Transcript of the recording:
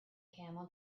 camel